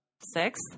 Six